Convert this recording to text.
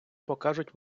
покажуть